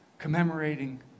commemorating